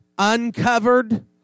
uncovered